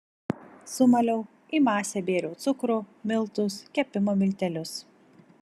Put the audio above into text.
sumaliau į masę bėriau cukrų miltus kepimo miltelius